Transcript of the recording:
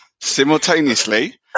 simultaneously